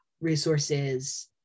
resources